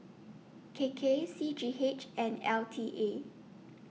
K K C G H and L T A